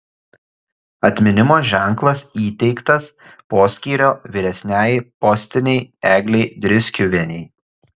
atminimo ženklas įteiktas poskyrio vyresniajai postinei eglei driskiuvienei